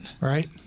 Right